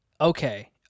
Okay